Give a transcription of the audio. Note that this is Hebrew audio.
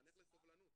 לחנך לסובלנות.